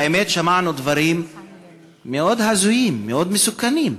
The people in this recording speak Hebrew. האמת, שמענו דברים מאוד הזויים, מאוד מסוכנים.